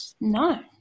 no